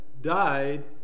died